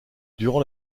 durant